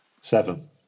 seven